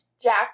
Jack